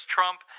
Trump